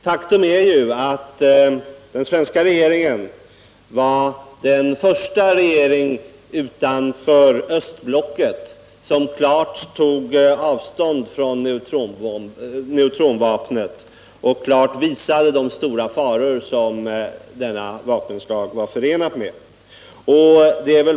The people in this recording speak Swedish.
Faktum är att den svenska regeringen var den första regeringen utanför östblocket som klart tog avstånd från neutronvapnet och som klart påvisade de stora faror detta vapenslag var förenat med.